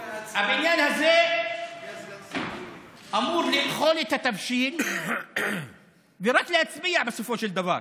הבניין הזה אמור לבחון את התבשיל ורק להצביע בסופו של דבר,